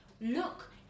Look